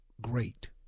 great